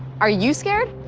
are you scared?